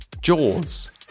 Jaws